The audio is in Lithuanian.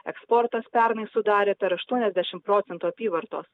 eksportas pernai sudarė per aštuoniasdešimt procentų apyvartos